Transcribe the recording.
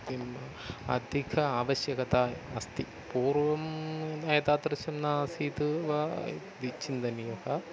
किम् अधिका आवश्यकता अस्ति पूर्वं एतादृशं न आसीत् वा इति विचिन्तनीयः